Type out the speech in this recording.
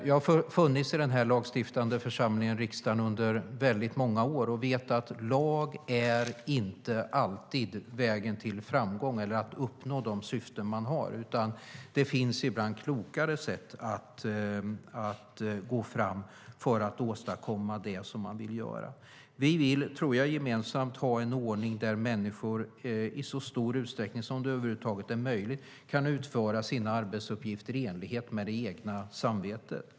Jag har funnits i den lagstiftande församlingen, riksdagen, under väldigt många år och vet att lag inte alltid är vägen till framgång eller vägen för att uppnå de syften man har. Det finns ibland klokare sätt att gå fram för att åstadkomma det som man vill göra. Vi vill, tror jag, gemensamt ha en ordning där människor i så stor utsträckning som det över huvud taget är möjligt kan utföra sina arbetsuppgifter i enlighet med det egna samvetet.